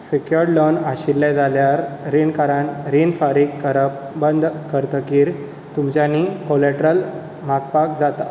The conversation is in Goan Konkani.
सॅक्युअर्ड लोन आशिल्लें जाल्यार रीणकारान रीण फारीक करप बंद करतकीर तुमच्यांनी कॉलेट्रोल मागपाक जाता